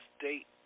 state